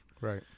Right